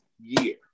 year